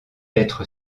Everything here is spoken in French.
être